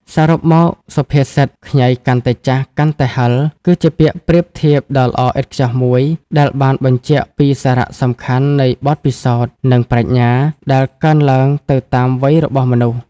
សរុបមក សុភាសិត ខ្ញីកាន់តែចាស់ កាន់តែហឹរ គឺជាពាក្យប្រៀបធៀបដ៏ល្អឥតខ្ចោះមួយដែលបានបញ្ជាក់ពីសារៈសំខាន់នៃបទពិសោធន៍ និងប្រាជ្ញា ដែលកើនឡើងទៅតាមវ័យរបស់មនុស្ស។